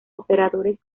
operadores